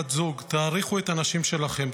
בן או בת זוג: תעריכו את הנשים שלכם,